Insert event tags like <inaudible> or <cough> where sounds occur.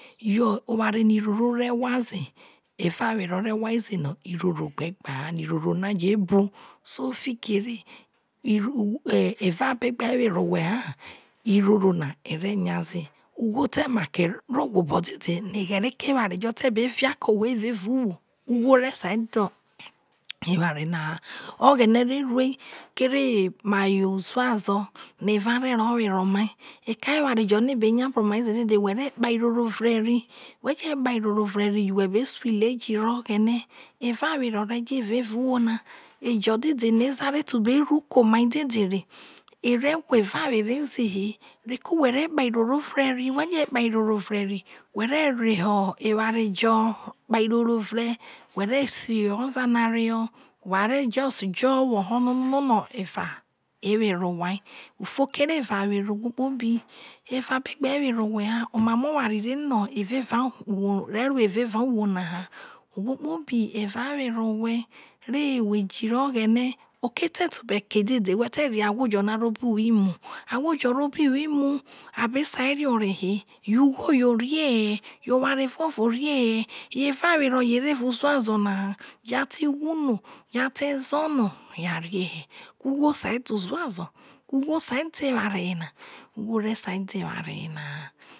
<unintelligible> yo oware no irorom o re wha ze evawere re wa ze no iroro gbe ro gba ha na no iroro na je kere oware na wo uzazo no eva ere ore were omai ejo e be nya bru ome ze dede who ve kparoro ire ra go who be soile jiri oghene who re kpa iroro vre ejo who ve kpa iroro vre ra wha re just jo woho no eva be were owhe ha oma moware re ro evauwona ha jo a ti whu no jo a ti whu no jo a te zo no arie hie ugho sai de uzazo ugho sai de aware yena ugho re sai de aware yena ha